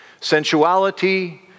Sensuality